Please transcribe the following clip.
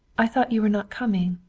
i thought you were not coming,